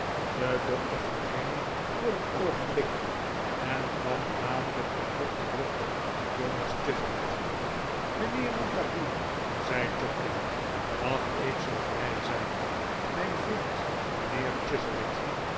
de dokter verdween voor een oogenblik en kwam dadelijk daarop terug met jonas chuzzlewit mijnheer montague zei jobling mag ik zoo vrij zijn mijn vriend mijnheer